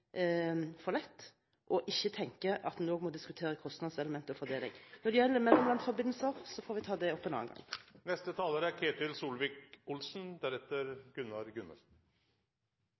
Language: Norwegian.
for lett å ikke tenke at man også må diskutere kostnadselement og fordeling. Når det gjelder mellomlandsforbindelser , får vi ta det opp en annen